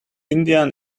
indian